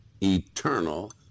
eternal